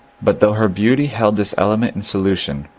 but though her beauty held this element in solution,